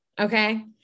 Okay